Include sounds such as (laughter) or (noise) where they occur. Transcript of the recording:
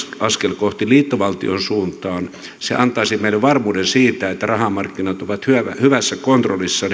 askel liittovaltion suuntaan niin itse en valitettavasti usko että se antaisi meille varmuuden siitä että rahamarkkinat ovat hyvässä kontrollissa (unintelligible)